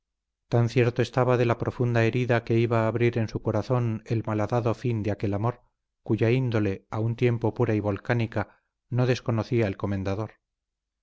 tan cierto estaba de la profunda herida que iba a abrir en su corazón el malhadado fin de aquel amor cuya índole a un tiempo pura y volcánica no desconocía el comendador